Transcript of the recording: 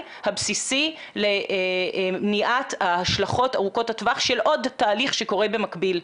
הבסיסי למניעת ההשלכות ארוכות הטווח של עוד תהליך שקורה במקביל,